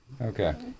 Okay